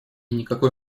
никакой